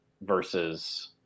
versus